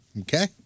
Okay